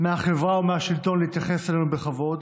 מהחברה ומהשלטון להתייחס אלינו בכבוד